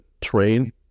train